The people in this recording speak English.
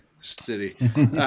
City